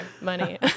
money